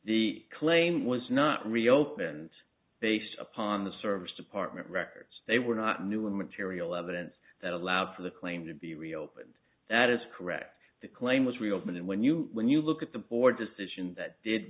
the claim was not reopened based upon the service department records they were not new and material evidence that allowed for the claim to be reopened that is correct the claim was reopened and when you when you look at the board decision that did